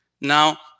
Now